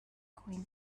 coin